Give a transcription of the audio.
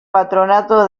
patronato